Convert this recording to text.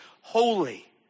Holy